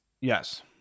yes